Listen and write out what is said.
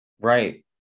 Right